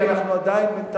כי בינתיים אנחנו עדיין מיעוט,